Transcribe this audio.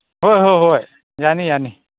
ꯍꯣꯏ ꯍꯣꯏ ꯍꯣꯏ ꯌꯥꯅꯤ ꯌꯥꯅꯤ